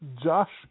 Josh